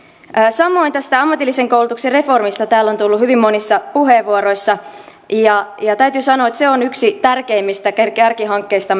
samoin tästä ammatillisen koulutuksen reformista täällä on tullut hyvin monissa puheenvuoroissa täytyy sanoa että se on yksi tämän hallituksen tärkeimmistä kärkihankkeista